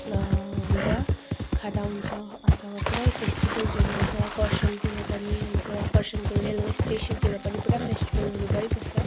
हुन्छ खाँदा हुन्छ अन्त पुरै फेस्टिभल्सहरू हुन्छ कर्सियङतिर पनि हुन्छ कर्सियङको रेल वे स्टेसनतिर पनि पुरा फेस्टिभलहरू भइबस्छ